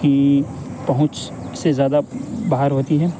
کی پہنچ سے زیادہ باہر ہوتی ہے